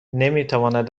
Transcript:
نمیتواند